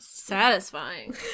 Satisfying